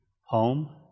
home